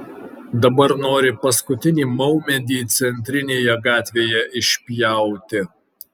dabar nori paskutinį maumedį centrinėje gatvėje išpjauti